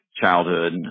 childhood